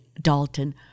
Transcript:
Dalton